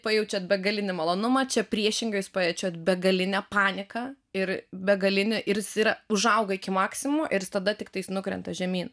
pajaučiate begalinį malonumą čia priešingai jūs paverčiate begalinę paniką ir begalinį ir yra užauga iki maksimumo ir tada tiktai nukrenta žemyn